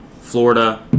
Florida